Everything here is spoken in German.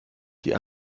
die